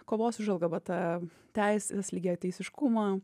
kovos už lgbt teises lygiateisiškumą